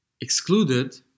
excluded